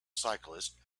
cyclists